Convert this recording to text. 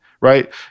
right